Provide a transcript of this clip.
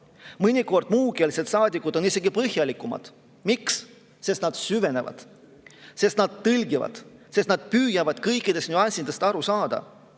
Mõnikord on muukeelsed saadikud isegi põhjalikumad. Miks? Sest nad süvenevad, sest nad tõlgivad, sest nad püüavad kõikidest nüanssidest aru saada.